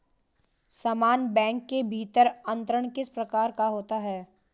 समान बैंक के भीतर अंतरण किस प्रकार का होता है?